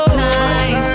time